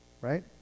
right